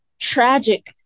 tragic